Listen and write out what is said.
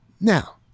Now